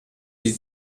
die